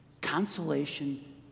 consolation